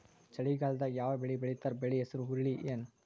ಚಳಿಗಾಲದಾಗ್ ಯಾವ್ ಬೆಳಿ ಬೆಳಿತಾರ, ಬೆಳಿ ಹೆಸರು ಹುರುಳಿ ಏನ್?